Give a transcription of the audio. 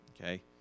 Okay